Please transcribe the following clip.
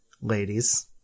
ladies